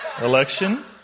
Election